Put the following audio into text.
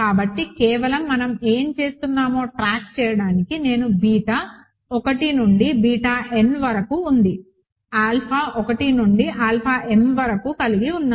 కాబట్టి కేవలం మనం ఏమి చేస్తున్నామో ట్రాక్ చేయడానికి నేను బీటా 1నుండి బీటా n వరకు ఉంది ఆల్ఫా 1 నుండి ఆల్ఫా m వరకు కలిగి ఉన్నాను